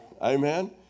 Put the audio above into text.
Amen